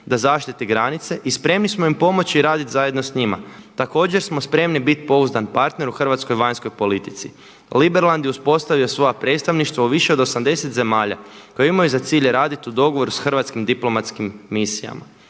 da zaštiti granice i spremni smo im pomoći raditi zajedno s njima. Također smo spremni biti pouzdan partner u hrvatskoj vanjskoj politici. Liberland je uspostavio svoja predstavništva u više od 80 zemalja koje imaju za cilj raditi u dogovoru s hrvatskim diplomatskim misijama.